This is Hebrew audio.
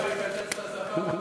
שהשר יקצץ את השפם.